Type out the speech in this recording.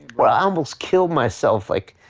i almost killed myself like